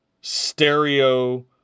stereo